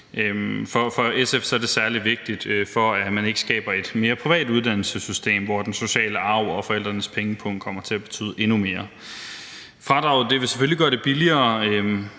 For SF er dette særlig vigtigt, for at man ikke skaber et mere privat uddannelsessystem, hvor den sociale arv og forældrenes pengepung kommer til at betyde endnu mere. Fradraget vil selvfølgelig gøre det billigere,